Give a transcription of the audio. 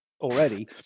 already